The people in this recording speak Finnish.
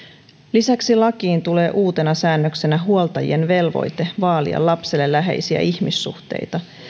lisäksi lakiin tulee uutena säännöksenä huoltajien velvoite vaalia lapselle läheisiä ihmissuhteita